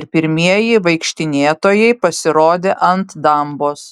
ir pirmieji vaikštinėtojai pasirodė ant dambos